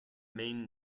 main